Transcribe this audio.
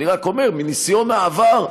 אני רק אומר, מניסיון העבר,